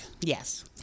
Yes